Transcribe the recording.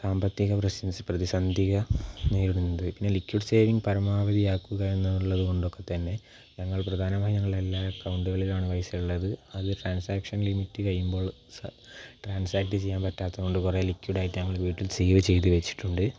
സാമ്പത്തിക പ്രതിസന്ധികൾ നേരിടുന്നത് പിന്നെ ലിക്വിഡ് സേവിങ്ങ് പരമാവധിയാക്കുക എന്നുള്ളതുകൊണ്ടൊക്കെ തന്നെ ഞങ്ങൾ പ്രധാനമായും ഞങ്ങളെല്ലാം അക്കൗണ്ടുകളിലാണ് പൈസ ഉള്ളത് അത് ട്രാൻസാക്ഷൻ ലിമിറ്റ് കഴിയുമ്പോൾ ട്രാൻസാക്ട് ചെയ്യാൻ പറ്റാത്തതുകൊണ്ട് കുറേ ലിക്വിഡ് ആയിട്ട് ഞങ്ങൾ വീട്ടിൽ സേവ് ചെയ്ത് വച്ചിട്ടുണ്ട്